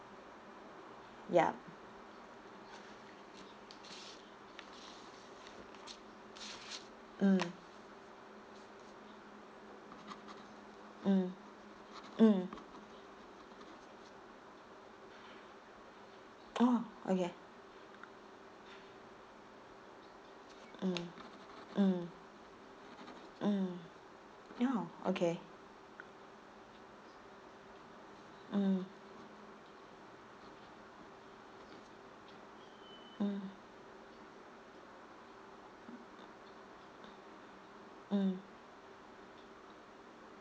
ya mm mm mm oh okay mm mm mm oh okay mm mm mm